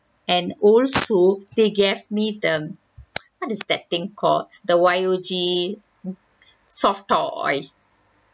and also they gave me the what is that thing called the Y_O_G soft toy